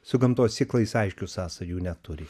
su gamtos ciklais aiškių sąsajų neturi